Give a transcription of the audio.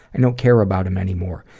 i don't care about him anymore.